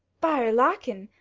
by'r lakin,